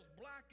black